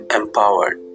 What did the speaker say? empowered